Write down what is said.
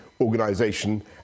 organization